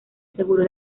aseguró